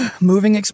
Moving